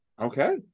okay